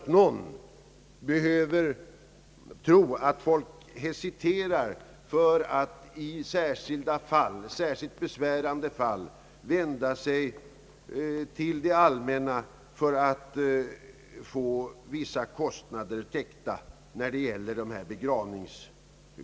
Ingen behöver tro, att folk skulle hesitera för att i särskilt besvärande fall vända sig till det allmänna för att få vissa kostnader täckta i samband med begravning.